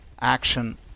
action